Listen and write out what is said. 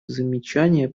замечания